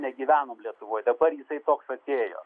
negyvenom lietuvoje dabar jisai toks atėjo